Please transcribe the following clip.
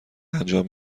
انجام